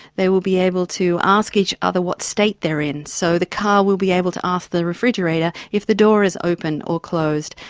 they will be able to ask each other what state they're in. so the car will be able to ask the refrigerator if the door is open or closed,